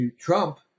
Trump